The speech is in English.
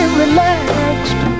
relaxed